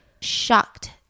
shocked